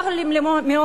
צר לי מאוד.